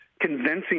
convincing